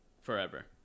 forever